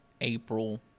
April